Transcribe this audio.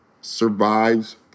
survives